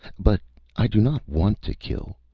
but i do not want to kill.